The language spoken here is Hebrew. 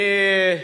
אני,